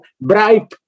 bribe